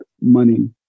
money